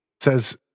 says